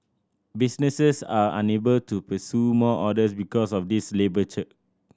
businesses are unable to pursue more orders because of this labour